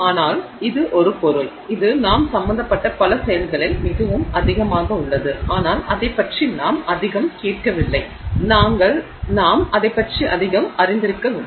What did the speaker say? ஆனால் இது ஒரு பொருள் இது நாம் சம்பந்தப்பட்ட பல செயல்களில் மிகவும் அதிகமாக உள்ளது ஆனால் அதைப் பற்றி நாம் அதிகம் கேட்கவில்லை நாங்கள் அதைப் பற்றி அதிகம் அறிந்திருக்கவில்லை